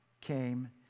came